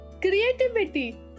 creativity